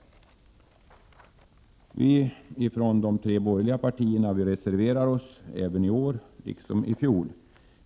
Vi från de tre borgerliga partierna reserverar oss även i år.